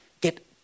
get